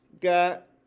got